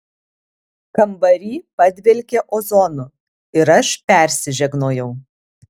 kambary padvelkė ozonu ir aš persižegnojau